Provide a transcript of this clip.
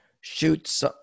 shoots